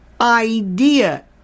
idea